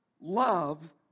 love